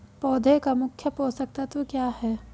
पौधे का मुख्य पोषक तत्व क्या हैं?